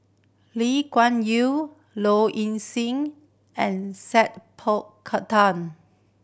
Lee Kuan Yew Low Ing Sing and Sat Pal Khattar